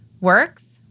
works